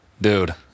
dude